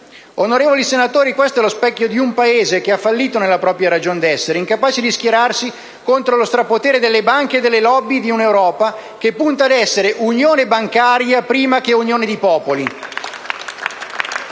Onorevoli senatori, questo è lo specchio di un Paese che ha fallito nella propria ragion d'essere, incapace di schierarsi contro lo strapotere delle banche e delle *lobby* di un'Europa che punta ad essere unione bancaria prima che unione di popoli.